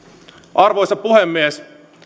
arvoisa puhemies